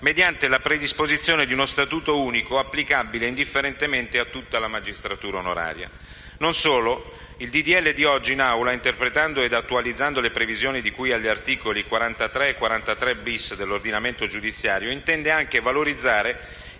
mediante la predisposizione di uno statuto unico applicabile indifferentemente a tutta la magistratura onoraria. Non solo, il disegno di legge oggi in Aula, interpretando ed attualizzando le previsioni di cui agli articoli 43 e 43*-bis* dell'ordinamento giudiziario, intende anche valorizzare